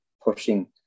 pushing